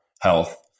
health